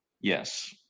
Yes